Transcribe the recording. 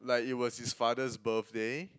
like it was his Father's birthday